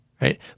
right